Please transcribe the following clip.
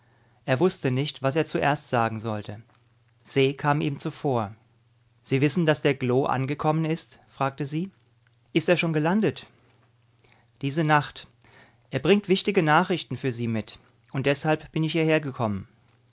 er wußte nicht was er zuerst sagen sollte se kam ihm zuvor sie wissen daß der glo angekommen ist fragte sie ist er schon gelandet diese nacht er bringt wichtige nachrichten für sie mit und deshalb bin ich hierhergekommen